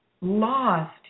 lost